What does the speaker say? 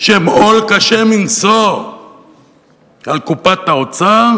שהם עול קשה מנשוא על קופת האוצר,